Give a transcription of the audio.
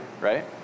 right